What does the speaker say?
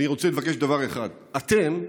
אני רוצה לבקש דבר אחד: אתם,